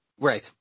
right